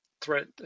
threat